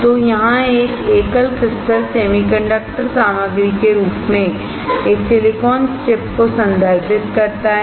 तो यहां एक एकल क्रिस्टल सेमीकंडक्टर सामग्री के रूप में एक सिलिकॉन चिप को संदर्भित करता है